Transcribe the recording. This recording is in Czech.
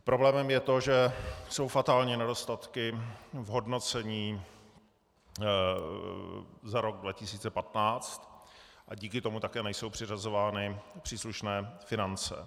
Problémem je to, že jsou fatální nedostatky v hodnocení za rok 2015, a díky tomu také nejsou přiřazovány příslušné finance.